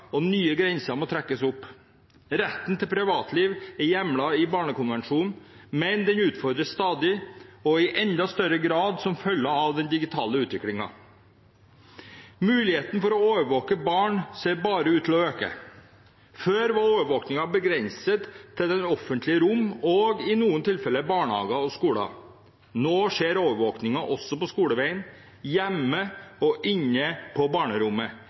og nye grenser må trekkes opp. Retten til privatliv er hjemlet i barnekonvensjonen, men den utfordres stadig – og i enda større grad som følge av den digitale utviklingen. Mulighetene for å overvåke barn ser bare ut til å øke. Før var overvåkningen begrenset til det offentlige rom og i noen tilfeller barnehager og skoler. Nå skjer overvåkningen også på skoleveien, hjemme og inne på barnerommet